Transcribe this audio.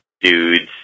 dudes